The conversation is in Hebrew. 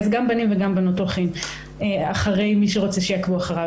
אז גם בנים וגם בנות הולכים אחרי מי שרוצה שיעקבו אחריו.